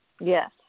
yes